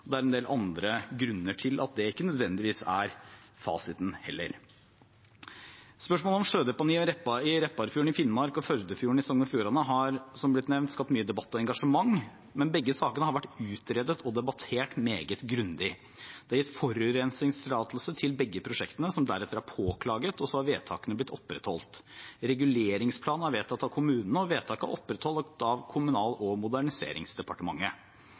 vurderingen. Det er en del andre grunner til at det ikke nødvendigvis er fasiten heller. Spørsmålet om sjødeponi i Repparfjorden i Finnmark og i Førdefjorden i Sogn og Fjordane har, som det har blitt nevnt, skapt mye debatt og engasjement, men begge sakene har vært utredet og debattert meget grundig. Det er gitt forurensningstillatelse til begge prosjektene, som deretter er påklaget, og så har vedtakene blitt opprettholdt. Reguleringsplan er vedtatt av kommunene, og vedtakene er opprettholdt av Kommunal- og moderniseringsdepartementet.